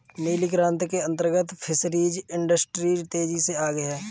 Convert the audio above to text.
नीली क्रांति के अंतर्गत फिशरीज इंडस्ट्री तेजी से आगे बढ़ी